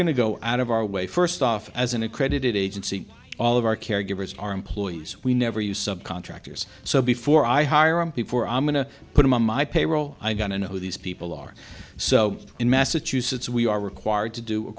to go out of our way first off as an accredited agency all of our caregivers our employees we never use subcontractors so before i hire him before i'm going to put him on my payroll i'm going to know who these people are so in massachusetts we are required to do a